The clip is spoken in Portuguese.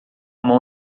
mão